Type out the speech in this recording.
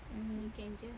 mmhmm